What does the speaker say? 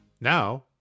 Now